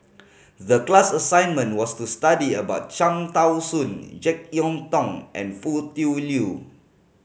the class assignment was to study about Cham Tao Soon Jek Yeun Thong and Foo Tui Liew